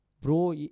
Bro